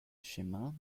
chemin